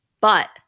but-